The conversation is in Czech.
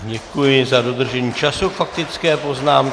Děkuji za dodržení času k faktické poznámce.